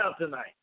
tonight